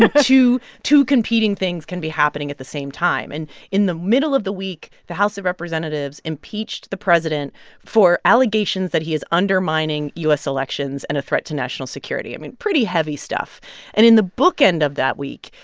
two two competing things can be happening at the same time. and in the middle of the week, the house of representatives impeached the president for allegations that he is undermining u s. elections and a threat to national security i mean, pretty heavy stuff and in the book end of that week,